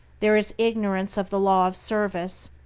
there is ignorance of the law of service,